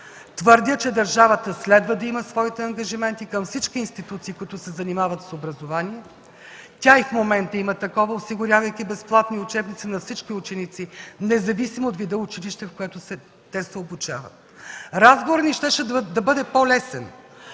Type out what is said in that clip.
Твърдя, че държавата следва да има своите ангажименти към всички институции, които се занимават с образование. Тя и в момента има такова, осигурявайки безплатни учебници на всички ученици, независимо от вида училище, в което те се обучават. Разговорът ни щеше да бъде полезен,